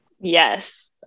Yes